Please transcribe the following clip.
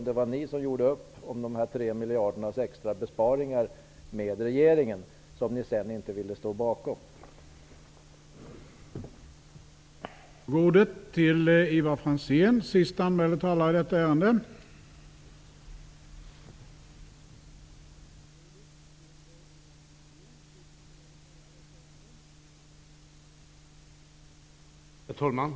Det var ni som gjorde upp om dessa 3 Sedan ville ni inte stå bakom uppgörelsen.